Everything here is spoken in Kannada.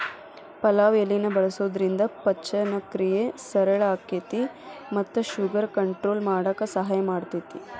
ಪಲಾವ್ ಎಲಿನ ಬಳಸೋದ್ರಿಂದ ಪಚನಕ್ರಿಯೆ ಸರಳ ಆಕ್ಕೆತಿ ಮತ್ತ ಶುಗರ್ ಕಂಟ್ರೋಲ್ ಮಾಡಕ್ ಸಹಾಯ ಮಾಡ್ತೆತಿ